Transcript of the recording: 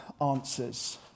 answers